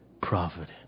providence